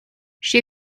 she